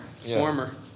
Former